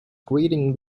grading